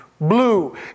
Blue